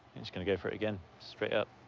he's gonna go for it again, straight up.